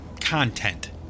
content